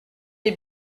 des